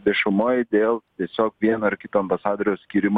viešumoj dėl tiesiog vieno ar kito ambasadoriaus skyrimo